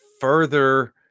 further